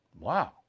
Wow